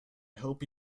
hope